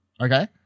okay